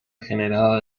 generada